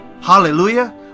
Hallelujah